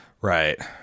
right